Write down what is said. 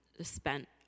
spent